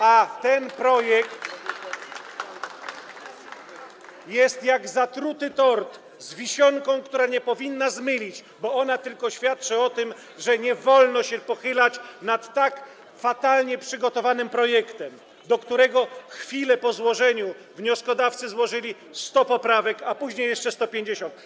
A ten projekt jest jak zatruty tort z wisienką, która nie powinna zmylić, bo ona tylko świadczy o tym, że nie wolno się pochylać nad tak fatalnie przygotowanym projektem, do którego chwilę po złożeniu wnioskodawcy złożyli 100 poprawek, a później jeszcze 150.